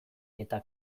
eta